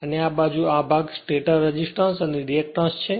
અને આ બાજુ આ ભાગ સ્ટેટર રેઝિસ્ટન્સ અને રિએક્ટેન્સ છે